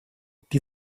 die